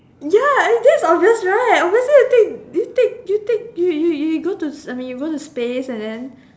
ya it's damn obvious right obviously you take you take you take you you you I mean you go to space and then